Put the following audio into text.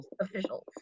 officials